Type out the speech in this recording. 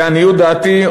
לעניות דעתי,